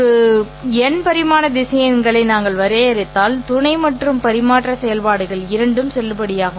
ஒரு n பரிமாண திசையன்களை நாங்கள் வரையறுத்தால் துணை மற்றும் பரிமாற்ற செயல்பாடுகள் இரண்டும் செல்லுபடியாகும்